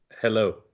hello